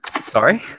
sorry